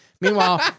Meanwhile